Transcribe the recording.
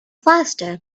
faster